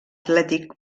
atlètic